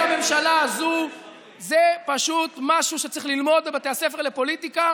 הממשלה הזו זה פשוט משהו שצריך ללמוד בבתי הספר לפוליטיקה.